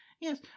Yes